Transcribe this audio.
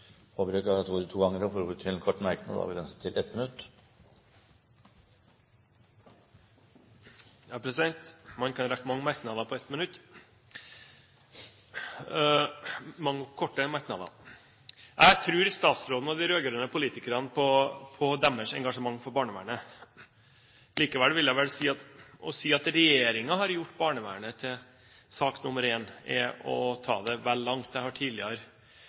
har hatt ordet to ganger og får ordet til en kort merknad, begrenset til 1 minutt. Man kan rekke mange merknader på ett minutt – mange korte merknader. Jeg tror statsråden og de rød-grønne politikerne på deres engasjement for barnevernet. Likevel vil jeg vel si at å si at regjeringen har gjort barnevernet til sak nr. én, er å ta det vel langt. Jeg har tidligere